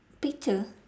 picture